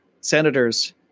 senators